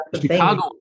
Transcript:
Chicago